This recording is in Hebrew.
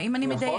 האם אני מדייקת?